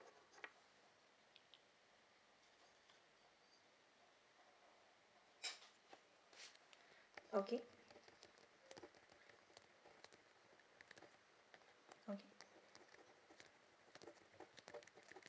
okay